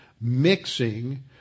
mixing